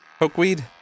Pokeweed